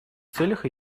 целях